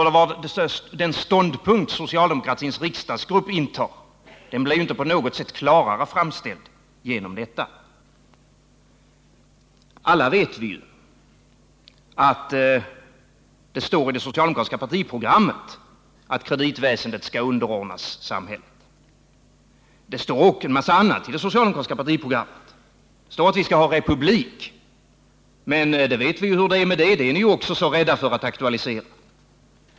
Den ståndpunkt som den socialdemokratiska riksdagsgruppen intar blev inte på något sätt klarare framställd genom detta. Alla vet vi att det står i det socialdemokratiska partiprogrammet att bankväsendet skall underordnas samhället. Det står också en massa annat i programet. Det står att vi skall ha republik. Men vi vet ju hur det är med detta — det är ni också så rädda för att aktualisera.